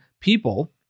people